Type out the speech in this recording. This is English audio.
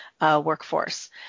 workforce